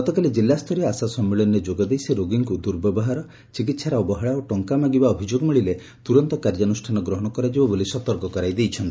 ଗତକାଲି ଜିଲ୍ଲାସ୍ତରୀୟ ଆଶା ସମ୍ମିଳନୀ ଯୋଗ ଦେଇ ସେ ରୋଗୀଙ୍କୁ ଦୂର୍ବ୍ୟବହାର ଚିକିହାରେ ଅବହେଳା ଓ ଟଙ୍କା ମାଗିବା ଅଭିଯୋଗ ମିଳିଲେ ତୂରନ୍ତ କାର୍ଯ୍ୟାନୁଷ୍ଠାନ ଗ୍ରହଶ କରାଯିବ ବୋଲି ସତର୍କ କରାଇ ଦେଇଛନ୍ତି